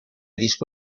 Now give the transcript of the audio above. disco